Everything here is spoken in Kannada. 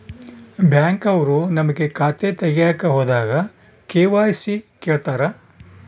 ಬ್ಯಾಂಕ್ ಅವ್ರು ನಮ್ಗೆ ಖಾತೆ ತಗಿಯಕ್ ಹೋದಾಗ ಕೆ.ವೈ.ಸಿ ಕೇಳ್ತಾರಾ?